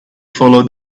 follow